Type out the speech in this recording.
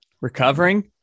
recovering